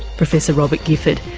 professor robert gifford.